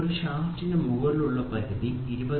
ഒരു ഷാഫ്റ്റിന് മുകളിലുള്ള പരിധി 20